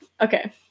Okay